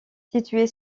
située